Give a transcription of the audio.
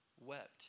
wept